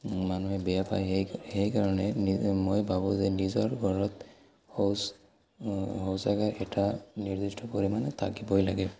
মানুহে বেয়া পায় সেই সেইকাৰণে নিজ মই ভাবোঁ যে নিজৰ ঘৰত শৌচ শৌচাগাৰ এটা নিৰ্দিষ্ট পৰিমাণে থাকিবই লাগে